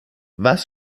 was